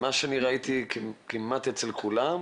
ומה שאני ראיתי כמעט אצל כולם,